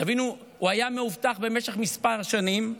תבינו, הוא היה מאובטח במשך כמה שנים,